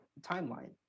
timeline